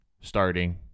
starting